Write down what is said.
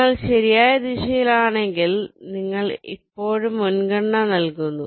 നിങ്ങൾ ശരിയായ ദിശയിലാണെങ്കിൽ നിങ്ങൾ എപ്പോഴും മുൻഗണന നൽകുന്നു